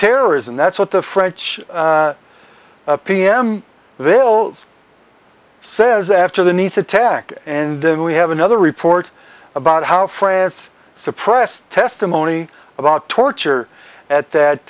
terrorism that's what the french the pm they will says after the nice attack and then we have another report about how france suppressed testimony about torture at that